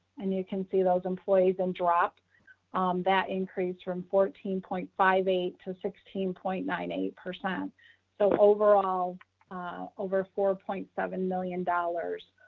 and you can see those employees and drop that increase from fourteen point five eight to sixteen point nine eight. so overall over four point seven million dollars,